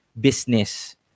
business